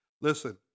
Listen